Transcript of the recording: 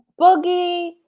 Boogie